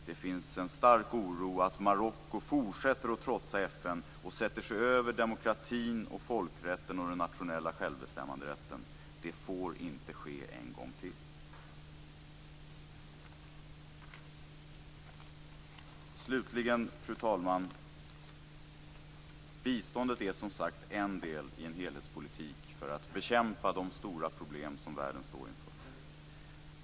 Det finns en stark oro för att Marocko fortsätter att trotsa FN, sätter sig över demokratin, folkrätten och den nationella självbestämmanderätten. Det får inte ske en gång till. Slutligen, fru talman, är biståndet som sagt en del i en helhetspolitik för att bekämpa de stora problem som världen står inför.